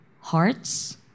hearts